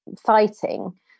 fighting